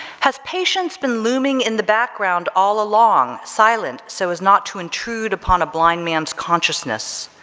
has patients been looming in the background all along, silent so as not to intrude upon a blind man's consciousness,